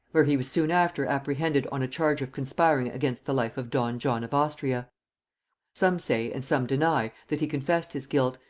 where he was soon after apprehended on a charge of conspiring against the life of don john of austria some say, and some deny, that he confessed his guilt,